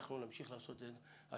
אני מסכם ואומר שכשאני עסקתי בחוק הדגל,